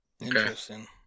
Interesting